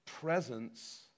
presence